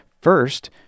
First